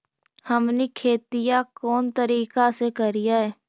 हमनी खेतीया कोन तरीका से करीय?